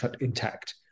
intact